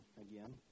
again